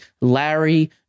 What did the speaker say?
Larry